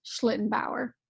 Schlittenbauer